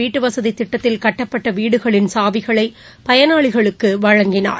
வீட்டுவசதிதிட்டத்தில் கட்டப்பட்டவீடுகளில் சாவிகளைபயனாளிகளுக்குவழங்கினார்